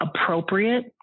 appropriate